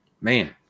man